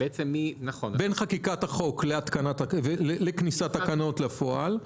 בין חקיקת החוק לכניסת תקנות לפועל,